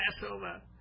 Passover